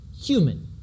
human